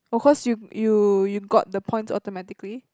oh cause you you you got the points automatically